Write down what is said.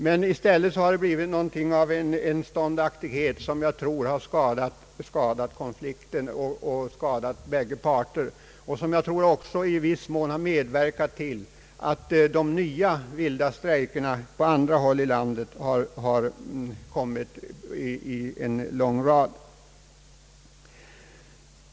I stället har här visats en ståndaktighet, som jag tror har skadat båda parter och också i viss mån medverkat till att nya vilda strejker uppstått på andra håll i landet.